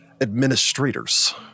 administrators